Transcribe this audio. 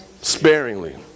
sparingly